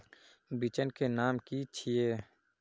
बिचन के नाम की छिये?